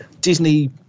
Disney